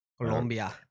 Colombia